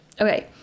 Okay